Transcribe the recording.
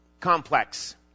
complex